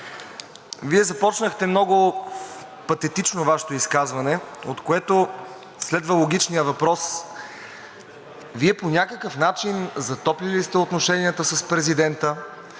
започнахте много патетично Вашето изказване, от което следва логичният въпрос: Вие по някакъв начин затоплили ли сте отношенията с президента?